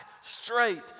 straight